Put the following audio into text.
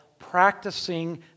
practicing